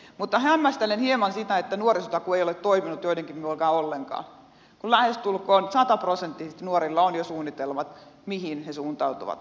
mutta hämmästelen hieman sitä että nuorisotakuu ei ole toiminut joidenkin mukaan ollenkaan kun lähestulkoon sataprosenttisesti nuorilla on jo suunnitelmat mihin he suuntautuvat